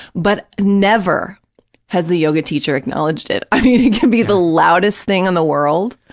but never has the yoga teacher acknowledged it. i mean, it can be the loudest thing in the world,